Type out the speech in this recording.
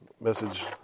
message